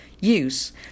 use